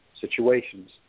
situations